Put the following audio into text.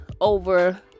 over